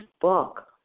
book